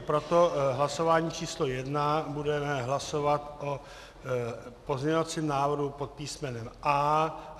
Proto v hlasování číslo jedna budeme hlasovat o pozměňovacím návrhu pod písmenem A.